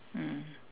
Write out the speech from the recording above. mm